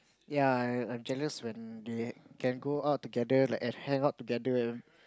ya I I'm jealous when you can go out together like hang out together